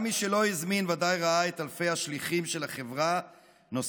גם מי שלא הזמין בוודאי ראה את אלפי השליחים של החברה נוסעים